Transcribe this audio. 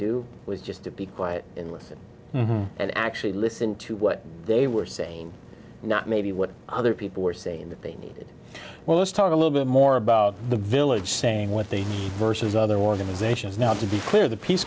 do was just to be quiet and listen and actually listen to what they were saying not maybe what other people were saying that they need well let's talk a little bit more about the village saying what the verses other organizations now to be clear the peace